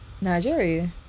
Nigeria